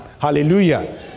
Hallelujah